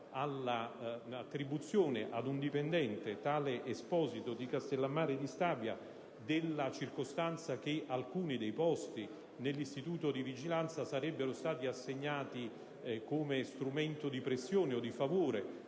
all'attribuzione ad un dipendente, tale Esposito di Castellammare di Stabia, della circostanza che alcuni dei posti dell'istituto di vigilanza sarebbero stati assegnati come strumento di pressione o di favore